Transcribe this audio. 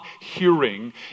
hearing